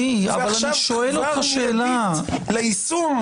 ועכשיו כבר מביט ליישום.